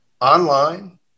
online